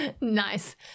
Nice